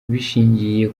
bishingiye